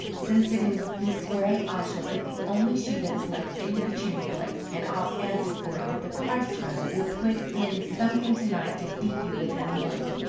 since it is this way, i shall put the only shoe that is left into the chimney-place, and i'll answer for it that the christ-child will put in something to-night to beat you with in the morning!